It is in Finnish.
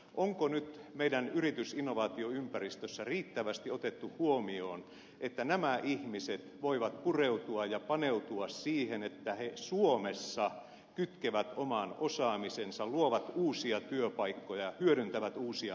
onko nyt meidän yritysinnovaatioympäristössä riittävästi otettu huomioon että nämä ihmiset voivat pureutua ja paneutua siihen että he suomessa kytkevät oman osaamisensa luovat uusia työpaikkoja hyödyntävät uusia mahdollisuuksia